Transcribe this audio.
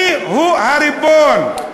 אני הוא הריבון.